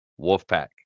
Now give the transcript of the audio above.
Wolfpack